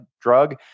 drug